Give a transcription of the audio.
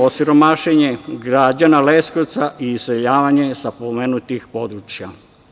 Osiromašenje građana Leskovca i iseljavanje sa pomenutih područja.